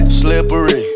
slippery